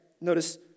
notice